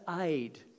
aid